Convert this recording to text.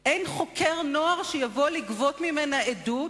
אין חוקר נוער שיבוא לגבות ממנה עדות,